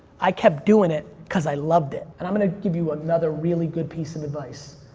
i kept doing it because i loved it, and i'm gonna give you another really good piece of advice.